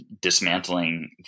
dismantling